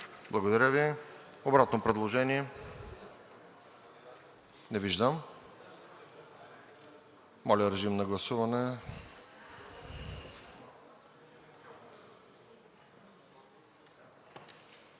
Благодаря Ви. Обратно предложение? Не виждам. Моля, режим на гласуване.